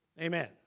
Amen